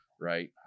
Right